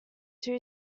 two